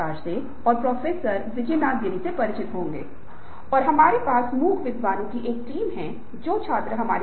coffee पिएं क्योंकि coffee को मस्तिष्क में डोपामाइन छोड़ने के साथ साथ आपके मानसिक ध्यान को बढ़ाने की क्षमता रखने के लिए जाना जाता है